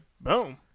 Boom